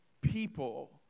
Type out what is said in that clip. people